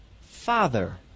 Father